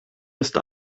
ist